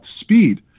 speed